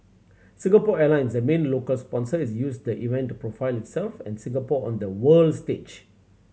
Singapore Airlines the main local sponsor has used the event to profile itself and Singapore on the world stage